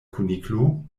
kuniklo